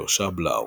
יהושע בלאו,